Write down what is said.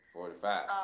Forty-five